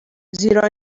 زیرا